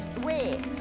Wait